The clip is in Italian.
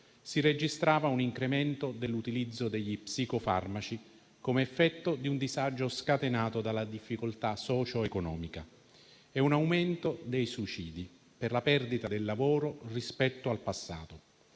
si registrava un incremento dell'utilizzo degli psicofarmaci, come effetto del disagio scatenato dalla difficoltà socioeconomica e un aumento dei suicidi per la perdita del lavoro, rispetto al passato.